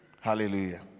Hallelujah